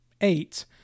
eight